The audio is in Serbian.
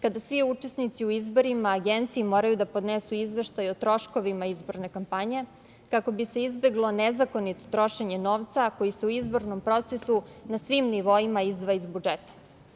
Kada svi učesnici u izborima Agenciji moraju da podnesu izveštaj o troškovima izborne kampanje kako bi se izbeglo nezakonito trošenje novca, a koji se u izbornom procesu na svim nivoima izdvaja iz budžeta.